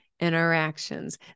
interactions